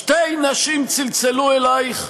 שתי נשים צלצלו אלייך,